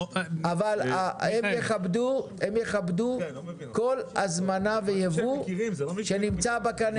הם יכבדו כל הזמנה ויבוא שנמצא בקנה.